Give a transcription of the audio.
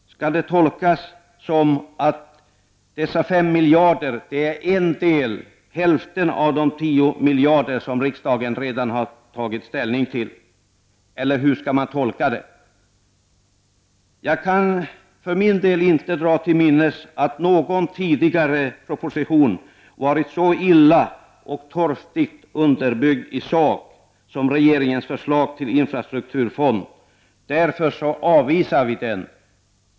Skall det tolkas som att dessa 5 miljarder är en del, nämligen hälften av de 10 miljarder som riksdagen redan har tagit ställning till? Eller hur skall man tolka detta? Jag kan för min del inte dra mig till minnes att någon tidigare proposition har varit så illa och torftigt underbyggd i sak som regeringens förslag till infrastrukturfond. Därför avvisar vi den.